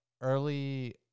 early